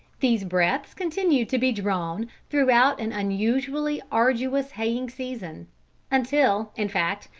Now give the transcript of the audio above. these breaths continued to be drawn throughout an unusually arduous haying season until, in fact,